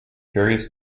various